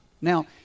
Now